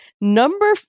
Number